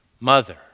mother